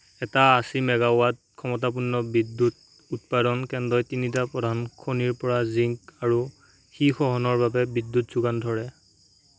এটা আশী মেগাৱাট ক্ষমতাপূৰ্ণ বিদ্যুৎ উৎপাদন কেন্দ্ৰই তিনিটা প্ৰধান খনিৰ পৰা জিংক আৰু সীহ খননৰ বাবে বিদ্যুৎ যোগান ধৰে